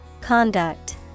Conduct